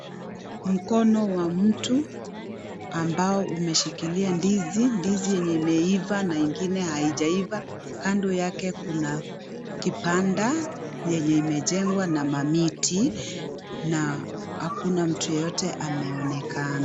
Mikono wa mtu ambao umeshikilia ndizi, ndizi yenye imeiva na ingine haijaiva. Kando yake kuna kibanda yenye imejengwa na mamiti na hakuna mtu yeyote ameonekana.